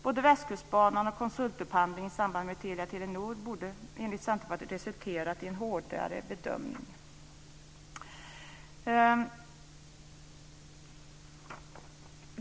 Både Västkustbanan och konsultupphandlingen i samband med Telia-Telenor borde enligt Centerpartiet resulterat i en hårdare bedömning.